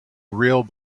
real